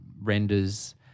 renders